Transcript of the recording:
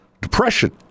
depression